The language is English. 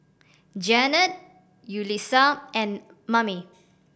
Janette Yulisa and Mame